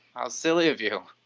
how silly of you!